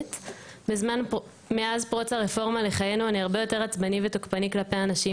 "מאז פרוץ הרפורמה לחיינו אני הרבה יותר עצבני ותוקפני כלפי אנשים,